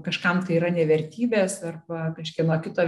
kažkam tai yra ne vertybės arba kažkieno kito